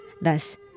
Thus